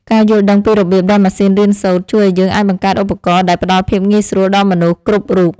ការយល់ដឹងពីរបៀបដែលម៉ាស៊ីនរៀនសូត្រជួយឱ្យយើងអាចបង្កើតឧបករណ៍ដែលផ្តល់ភាពងាយស្រួលដល់មនុស្សគ្រប់រូប។